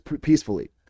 peacefully